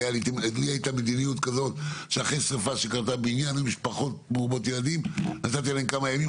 הייתה לי מדיניות שאחרי שריפה שהייתה בבניין נתתי להם כמה ימים.